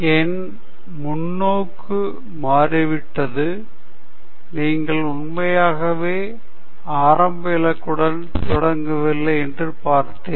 என் முன்னோக்கு மாறி மாறிவிட்டது நீங்கள் உண்மையாகவே ஆரம்ப இலக்குடன் தொடங்கவில்லை என்று பார்த்தேன்